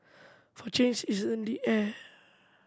for change is in the air